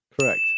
Correct